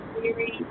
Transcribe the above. weary